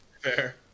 Fair